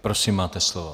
Prosím, máte slovo.